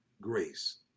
grace